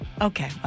Okay